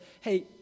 hey